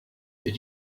did